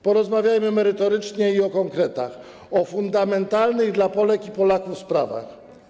Porozmawiajmy merytorycznie i o konkretach, o fundamentalnych dla Polek i Polaków sprawach.